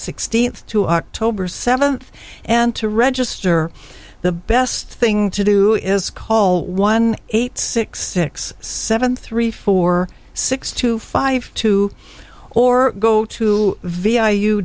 sixteenth to october seventh and to register the best thing to do is call one eight six six seven three four six two five two or go to